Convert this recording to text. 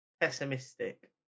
pessimistic